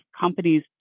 companies